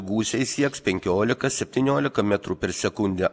gūsiai sieks penkiolika septyniolika metrų per sekundę